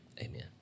amen